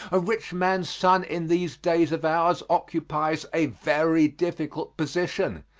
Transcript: a rich man's son in these days of ours occupies a very difficult position.